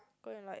go and like